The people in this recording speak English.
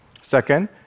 Second